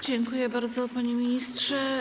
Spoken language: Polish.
Dziękuję bardzo, panie ministrze.